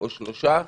או שלושה שבועות,